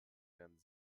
wären